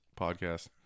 podcast